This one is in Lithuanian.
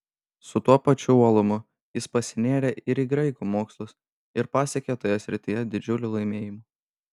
su tuo pačiu uolumu jis pasinėrė ir į graikų mokslus ir pasiekė toje srityje didžiulių laimėjimų